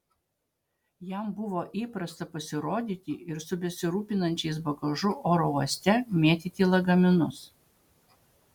jam buvo įprasta pasirodyti ir su besirūpinančiais bagažu oro uoste mėtyti lagaminus